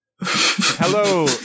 Hello